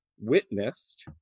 witnessed